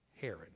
Herod